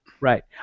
Right